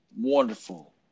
wonderful